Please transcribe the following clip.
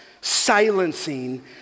silencing